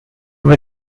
was